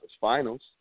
finals